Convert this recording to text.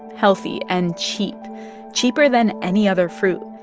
healthy and cheap cheaper than any other fruit.